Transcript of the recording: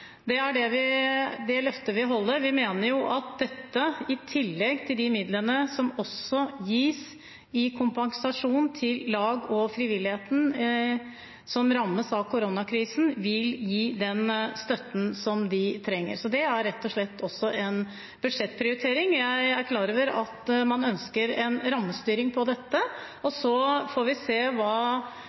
tillegg til de midlene som gis i kompensasjon til lag og frivilligheten som rammes av koronakrisen, vil gi den støtten som de trenger. Så det er rett og slett også en budsjettprioritering. Jeg er klar over at man ønsker en rammestyring på dette, og så får vi se hva